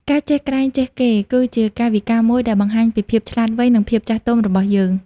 ការចេះក្រែងចេះគេ គឺជាកាយវិការមួយដែលបង្ហាញពីភាពឆ្លាតវៃ និងភាពចាស់ទុំរបស់យើង។